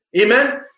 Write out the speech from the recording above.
amen